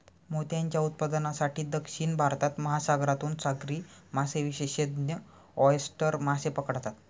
मोत्यांच्या उत्पादनासाठी, दक्षिण भारतात, महासागरातून सागरी मासेविशेषज्ञ ऑयस्टर मासे पकडतात